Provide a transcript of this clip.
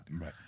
right